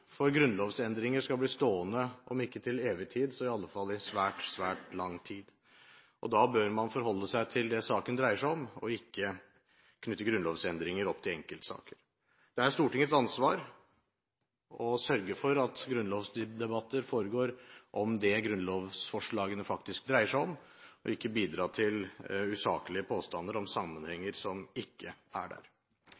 for grunnlovsendringer skal bli stående, om ikke til evig tid, så i alle fall i svært, svært lang tid. Da bør man forholde seg til det som saken dreier seg om, og ikke knytte grunnlovsendringer opp til enkeltsaker. Det er Stortingets ansvar å sørge for at grunnlovsdebatter går ut på det grunnlovsforslagene faktisk dreier seg om, og ikke bidra til usaklige påstander om